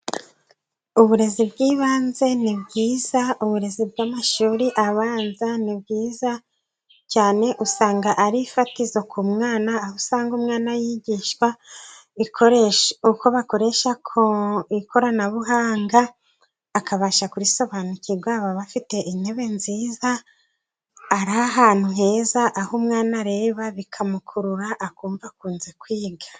Uburezi bw'ibanze ni bwiza, uburezi bw'amashuri abanza ni bwiza, cyane usanga ari ifatizo ku mwana, aho usanga umwana yigishwa uko bakoresha ikoranabuhanga, akabasha kurisobanukirwa, baba bafite intebe nziza, ari ahantu heza, aho umwana areba, bikamukurura akumva akunze kwiga.